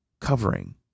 covering